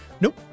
Nope